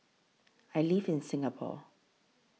I live in Singapore